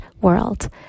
world